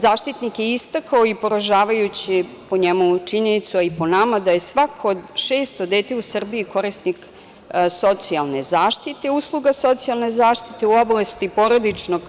Zaštitnik je istakao i, po njemu, poražavajuću činjenicu, a i po nama, da je svako šesto dete u Srbiji korisnik socijalne zaštite, usluga socijalne zaštite u oblasti porodičnih